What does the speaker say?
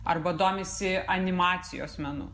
arba domisi animacijos menu